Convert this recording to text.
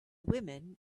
women